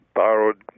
borrowed